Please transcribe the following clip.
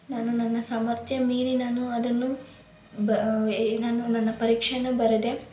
ನಾನು ನನ್ನ ಸಾಮರ್ಥ್ಯ ಮೀರಿ ನಾನು ಅದನ್ನು ನಾನು ನನ್ನ ಪರೀಕ್ಷೆಯನ್ನು ಬರೆದೆ